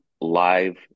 live